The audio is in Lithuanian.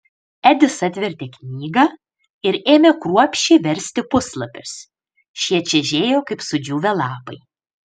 edis atvertė knygą ir ėmė kruopščiai versti puslapius šie čežėjo kaip sudžiūvę lapai